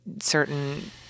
certain